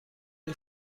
این